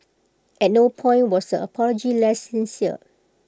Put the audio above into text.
at no point was the apology less sincere